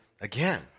again